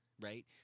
right